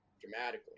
dramatically